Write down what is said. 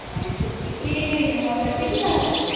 ନାଇଁ ସେତିକି ହଁ ସେତିକି ତ ହେବ